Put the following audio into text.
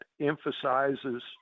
emphasizes